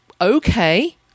okay